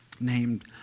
named